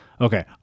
Okay